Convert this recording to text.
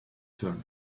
turn